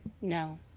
No